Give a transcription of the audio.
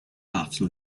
after